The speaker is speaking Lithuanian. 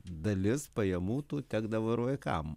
dalis pajamų tų tekdavo ir vaikam